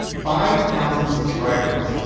five thousand subscribers,